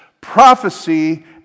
prophecy